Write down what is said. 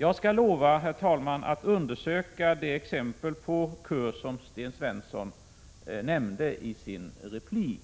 Jag lovar, herr talman, att undersöka det exempel på kurs som Sten Svensson nämnde sitt inlägg.